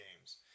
games